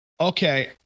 Okay